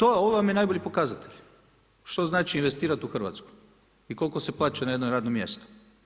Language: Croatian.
Ovo vam je najbolji pokazatelj što znači investirati u Hrvatsku i koliko se plaća na jedno radno mjesto.